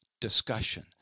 discussion